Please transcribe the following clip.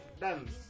dance